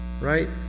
right